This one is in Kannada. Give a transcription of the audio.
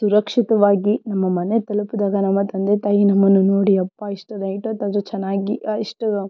ಸುರಕ್ಷಿತವಾಗಿ ನಮ್ಮ ಮನೆ ತಲುಪಿದಾಗ ನಮ್ಮ ತಂದೆ ತಾಯಿ ನಮ್ಮನ್ನು ನೋಡಿ ಅಬ್ಬಾ ಇಷ್ಟು ನೈಟ್ ಹೊತ್ತಾದರೂ ಚೆನ್ನಾಗಿ ಇಷ್ಟು